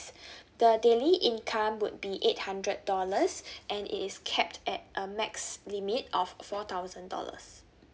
the daily income would be eight hundred dollars and it is kept at a max limit of four thousand dollars